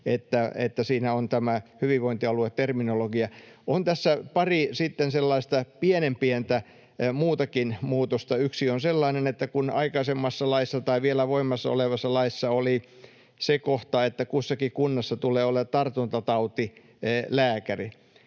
siinä on tämä hyvinvointialueterminologia. On tässä sitten pari sellaista pienen pientä muutakin muutosta. Yksi on sellainen, että vielä voimassa olevassa laissa oli kohta, että kussakin kunnassa tulee olla tartuntatautilääkäri.